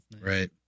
Right